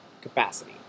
capacity